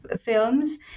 films